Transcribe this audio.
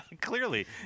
Clearly